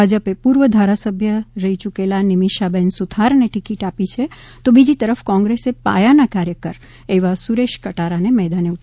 ભાજપે પૂર્વ ધારાસભ્ય રહી યૂકેલા નિમિષાબેન સુથારને ટિકીટ આપી છે તો બીજી તરફ કોંગ્રેસે પાયાના કાર્યકર એવા સુરેશ કટારાને મેદાને ઉતાર્યા છે